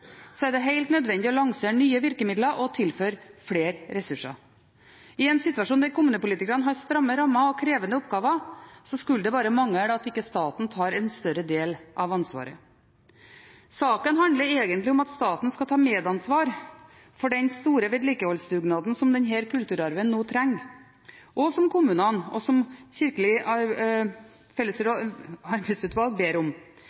helt nødvendig å lansere nye virkemidler og tilføre flere ressurser. I en situasjon der kommunepolitikerne har stramme rammer og krevende oppgaver, skulle det bare mangle at ikke staten tar en større del av ansvaret. Saken handler egentlig om at staten skal ta medansvar for den store vedlikeholdsdugnaden som denne kulturarven nå trenger, og som kommunene og Kirkelig fellesråds arbeidsutvalg ber om.